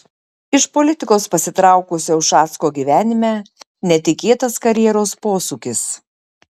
iš politikos pasitraukusio ušacko gyvenime netikėtas karjeros posūkis